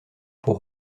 pour